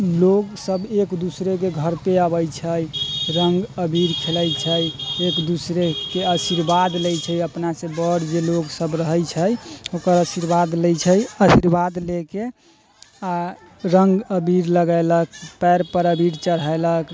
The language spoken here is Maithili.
लोग सब एक दूसरेके घरपर अबै छै रङ्ग अबीर खेलै छै एक दूसरेके आशीर्वाद लै छै अपनासँ बड़ जे लोगसब रहै छै ओकर आशीर्वाद लै छै आशीर्वाद लेके आओर रङ्ग अबीर लगेलक पयर पर अबीर चढ़ेलक